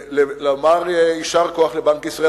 לומר יישר כוח לבנק ישראל.